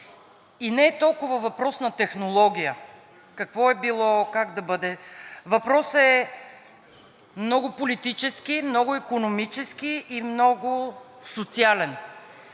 И не е толкова въпрос на технология какво е било, как да бъде, въпросът е много политически, много икономически и много социален.